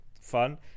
fun